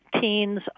teens